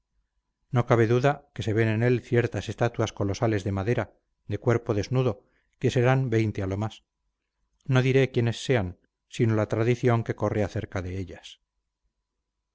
no cabe duda que se ven en él ciertas estatuas colosales de madera de cuerpo desnudo que serán veinte a lo más no diré quiénes sean sino la tradición que corre acerca de ellas